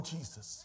Jesus